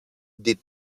did